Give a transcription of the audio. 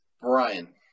Brian